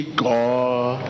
god